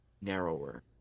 narrower